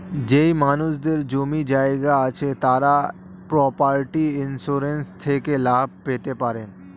যেই মানুষদের জমি জায়গা আছে তারা প্রপার্টি ইন্সুরেন্স থেকে লাভ পেতে পারেন